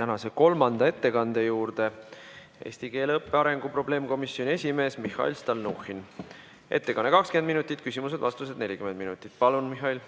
tänase kolmanda ettekande juurde. Eesti keele õppe arengu probleemkomisjoni esimees Mihhail Stalnuhhin. Ettekanne 20 minutit, küsimused-vastused 40 minutit. Palun, Mihhail!